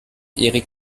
erik